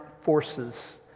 forces